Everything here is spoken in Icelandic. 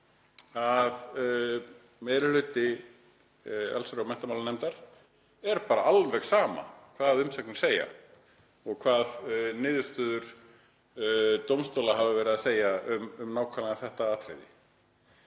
að meiri hluta allsherjar- og menntamálanefndar er bara alveg sama hvaða umsagnir segja og hvað niðurstöður dómstóla hafa verið að segja um nákvæmlega þetta atriði,